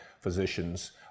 physicians